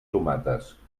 tomates